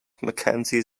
mackenzie